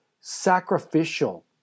sacrificial